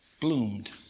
bloomed